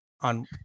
on